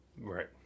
Right